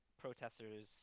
protesters